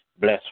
Bless